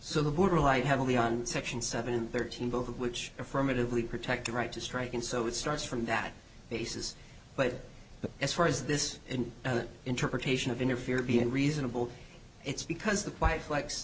so the border light heavily on section seven thirteen both of which affirmatively protect the right to strike and so it starts from that basis but as far as this in an interpretation of interfere being reasonable it's because the wife likes